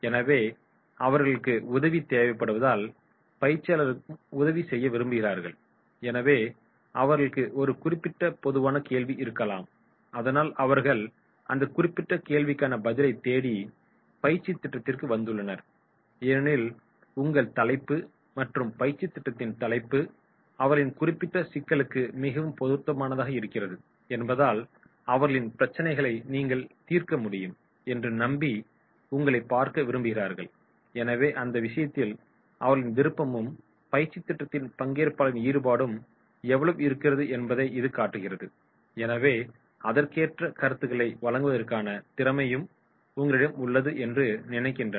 எனவே அவர்களுக்கு உதவி தேவைப்படுவதால் பயிற்சியாளர்களும் உதவி செய்ய விரும்புகிறார்கள் எனவே அவர்களுக்கு ஒரு குறிப்பிட்ட பொதுவான கேள்வி இருக்கலாம் அதனால் அவர்கள் அந்த குறிப்பிட்ட கேள்விக்கான பதிலைத் தேடி பயிற்சித் திட்டத்திற்கு வந்துள்ளனர் ஏனெனில் உங்கள் தலைப்பு மற்றும் பயிற்சித் திட்டத்தின் தலைப்பு அவர்களின் குறிப்பிட்ட சிக்கலுக்கு மிகவும் பொருத்தமானதாக இருக்கிறது என்பதால் அவர்களின் பிரச்சினைகளை நீங்கள் தீர்க்க முடியும் என்று நம்பி உங்களை பார்க்க விரும்புகிறார்கள் எனவே இந்த விஷயத்தில் அவர்களின் விருப்பமும் பயிற்சித் திட்டத்தில் பங்கேற்பாளர்களின் ஈடுபாடு எவ்வளவு இருக்கிறது என்பதை இது காட்டுகிறது ஆகவே அதற்கேற்றே கருத்துக்களை வழங்குவதற்கான திறமையும் உங்களிடம் உள்ளது என்று நினைக்கின்றனர்